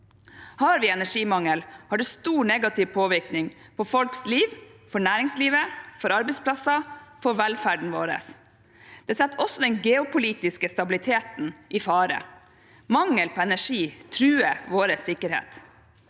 Har vi energimangel, har det stor negativ påvirkning på folks liv – for næringslivet, for arbeidsplasser og for velferden vår. Det setter også den geopolitiske stabiliteten i fare. Mangel på energi truer vår sikkerhet.